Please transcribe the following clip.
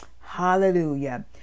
Hallelujah